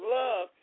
love